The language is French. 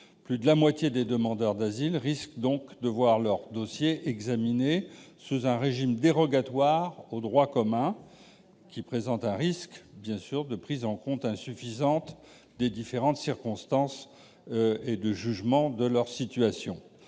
Plus de la moitié des demandeurs d'asile risquent donc de voir leur dossier examiné sous un régime dérogatoire au droit commun, qui présente un risque de prise en compte insuffisante des différentes circonstances éclairant leur situation.